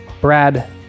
Brad